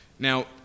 Now